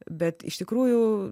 bet iš tikrųjų